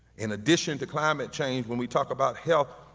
in addition to climate change when we talk about health,